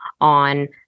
on